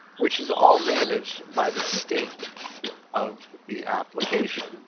which is all managed by the state of the application.